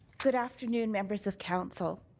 good afternoon, members of council.